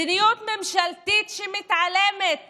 מדיניות ממשלתית שמתעלמת